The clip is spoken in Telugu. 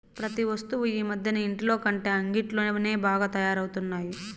ప్రతి వస్తువు ఈ మధ్యన ఇంటిలోకంటే అంగిట్లోనే బాగా తయారవుతున్నాయి